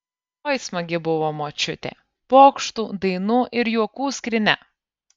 oi smagi buvo močiutė pokštų dainų ir juokų skrynia